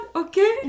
okay